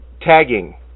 tagging